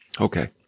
Okay